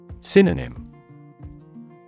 Synonym